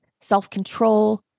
self-control